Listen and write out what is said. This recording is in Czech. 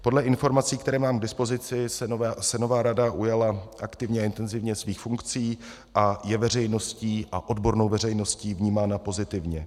Podle informací, které mám k dispozici, se nová rada ujala aktivně a intenzivně svých funkcí a je veřejností a odbornou veřejností vnímána pozitivně.